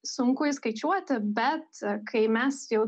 sunku įskaičiuoti bet kai mes jau